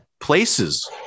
places